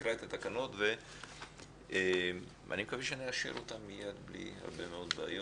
נקרא את התקנות ואני מקווה שנאשר אותן מייד בלי הרבה מאוד בעיות.